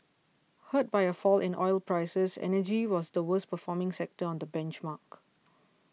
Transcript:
hurt by a fall in oil prices energy was the worst performing sector on the benchmark